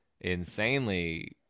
insanely